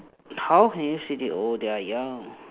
how can you say they old they are young